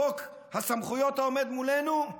וחוק הסמכויות העומד מולנו,